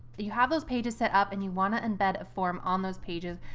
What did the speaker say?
you have those pages set up and you want to embed a form on those pages,